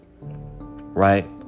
right